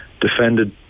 defended